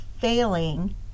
failing